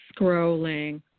scrolling